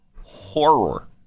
horror